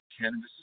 cannabis